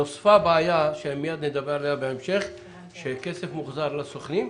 נוספה בעיה, נדבר עליה בהמשך, שכסף מוחזר לסוכנים,